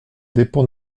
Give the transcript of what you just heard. dépend